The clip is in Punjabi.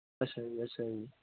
ਅੱਛਾ ਜੀ ਅੱਛਾ ਜੀ